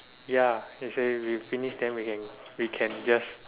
ya she say we finish then we can we can just